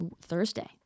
Thursday